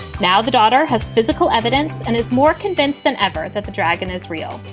now the daughter has physical evidence and is more convinced than ever that the dragon is real.